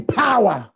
power